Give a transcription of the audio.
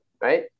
right